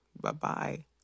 Bye-bye